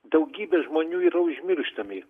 daugybė žmonių yra užmirštami